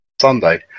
Sunday